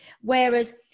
Whereas